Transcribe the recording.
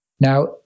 Now